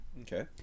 Okay